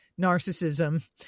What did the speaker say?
narcissism